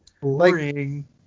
Boring